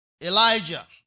Elijah